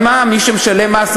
מי שמשלם מס,